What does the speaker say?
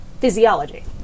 physiology